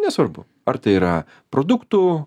nesvarbu ar tai yra produktų